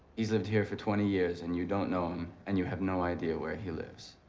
he's lived here for twenty years, and you don't know him, and you have no idea where he lives.